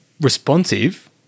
responsive